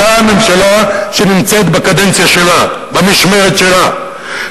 אותה ממשלה שנמצאת בקדנציה שלה, במשמרת שלה.